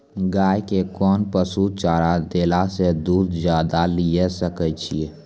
गाय के कोंन पसुचारा देला से दूध ज्यादा लिये सकय छियै?